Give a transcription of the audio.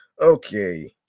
Okay